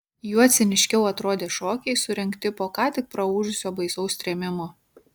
juo ciniškiau atrodė šokiai surengti po ką tik praūžusio baisaus trėmimo